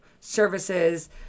services